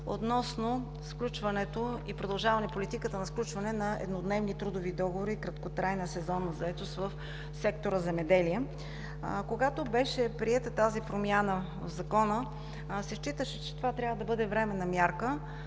относно сключването и продължаване политиката на сключване на еднодневни трудови договори и краткотрайна сезонна заетост в сектора „Земеделие“. Когато беше приета тази промяна в Закона, се считаше, че това трябва да бъде временна мярка,